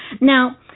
Now